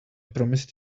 promised